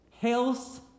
Health